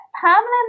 Pamela